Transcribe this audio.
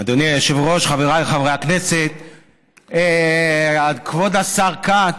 היושב-ראש, חבריי חברי הכנסת, כבוד השר כץ,